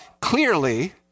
clearly